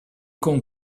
con